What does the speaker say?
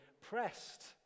pressed